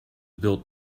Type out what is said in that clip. built